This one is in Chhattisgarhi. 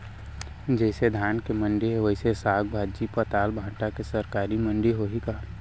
जइसे धान के मंडी हे, वइसने साग, भाजी, पताल, भाटा के सरकारी मंडी होही का?